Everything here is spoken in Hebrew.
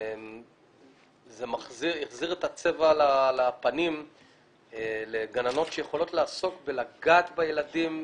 זה החזיר את הצבע לפנים לגננות שיכולות לעסוק בלגעת בילדים,